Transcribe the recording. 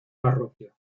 parroquia